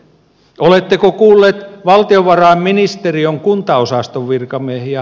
oletteko kuulleet valtiovarainministeriön kuntaosaston virkamiehiä